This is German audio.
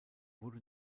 wurde